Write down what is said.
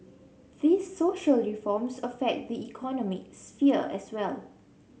these social reforms affect the economic sphere as well